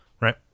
right